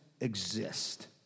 exist